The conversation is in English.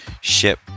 ship